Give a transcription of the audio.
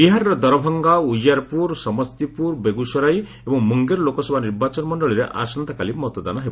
ବିହାରର ଦରଭଙ୍ଗା ଉଜିୟାର୍ପୁର ସମସ୍ତିପୁର ବେଗୁସରାଇ ଏବଂ ମୁଙ୍ଗେର ଲୋକସଭା ନିର୍ବାଚନ ମଣ୍ଡଳୀରେ ଆସନ୍ତାକାଲି ମତଦାନ ହେବ